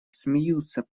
смеются